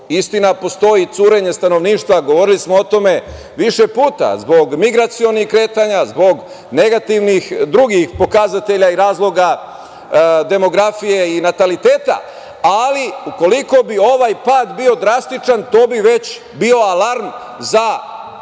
Istina, postoji curenje stanovništva, govorili smo o tome više puta, zbog migracionih kretanja, zbog negativnih drugih pokazatelja i razloga demografije i nataliteta, ali ukoliko bi ovaj pad bio drastičan to bi već bio alarm za otvaranje